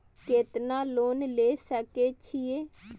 केतना लोन ले सके छीये?